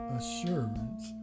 assurance